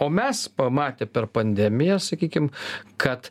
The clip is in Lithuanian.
o mes pamatę per pandemiją sakykim kad